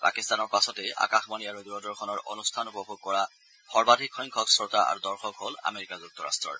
পাকিস্তানৰ পাছতেই আকাশবাণী আৰু দূৰদৰ্শনৰ অনুষ্ঠান উপভোগ কৰা সৰ্বাধিকসংখ্যক শ্ৰোতা আৰু দৰ্শক হল আমেৰিকা যুক্তৰাট্টৰ